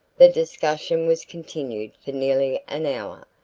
the discussion was continued for nearly an hour,